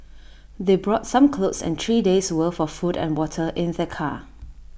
they brought some clothes and three days' worth of food and water in their car